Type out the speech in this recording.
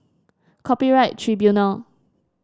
Copyright Tribunal